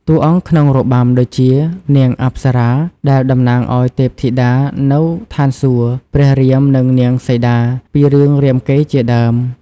តួអង្គក្នុងរបាំ ដូចជា នាងអប្សរា ដែលតំណាងឱ្យទេពធីតានៅឋានសួគ៌ ព្រះរាម និង នាងសីតា ពីរឿងរាមកេរ្តិ៍ជាដើម។